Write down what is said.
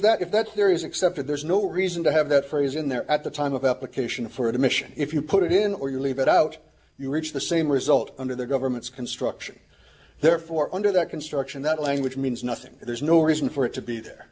that if that there is accepted there is no reason to have that phrase in there at the time of application for admission if you put it in or you leave it out you reach the same result under the government's construction therefore under that construction that language means nothing there's no reason for it to be there